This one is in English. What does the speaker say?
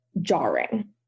jarring